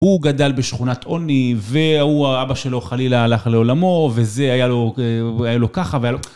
הוא גדל בשכונת עוני, והוא האבא שלו, חלילה, הלך לעולמו וזה היה לו ככה.